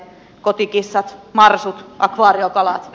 kotikissat marsut akvaariokalat